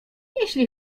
jeśli